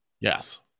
Yes